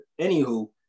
Anywho